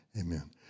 Amen